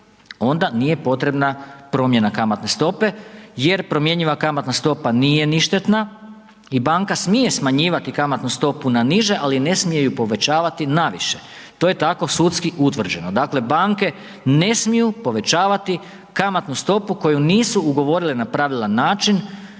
onda nije potrebna promjena kamatne stope jer promjenjiva kamatna stopa nije ništetna i banka smije smanjivati kamatnu stopu na niže ali ne smije ju povećati na više, to je tako sudski utvrđeno. Dakle, banke ne smiju povećavati kamatnu stopu koju nisu ugovorile na pravilan način